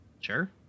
Sure